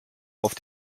auf